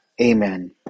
Amen